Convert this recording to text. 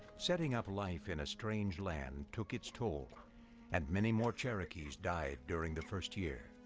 setting up life in a strange land took its toll and many more cherokees died during the first year.